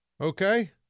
okay